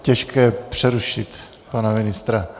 Je těžké přerušit pana ministra.